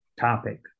topic